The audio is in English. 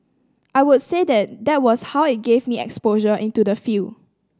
I would say that was how it give me exposure into the field